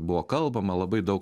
buvo kalbama labai daug